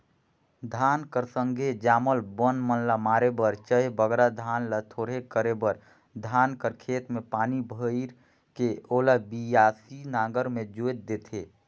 धान कर संघे जामल बन मन ल मारे बर चहे बगरा धान ल थोरहे करे बर धान कर खेत मे पानी भइर के ओला बियासी नांगर मे जोएत देथे